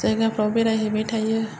जायगाफ्राव बेराय हैबाय थायो